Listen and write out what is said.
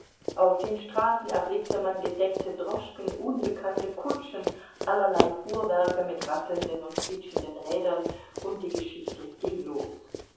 auf den straßen erblickte man gedeckte droschken unbekannte kutschen allerlei fuhrwerke mit rasselnden und quietschenden rädern und die geschichte ging los